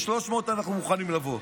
ב-300 אנחנו מוכנים לבוא.